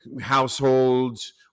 Households